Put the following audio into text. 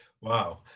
Wow